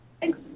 Thanks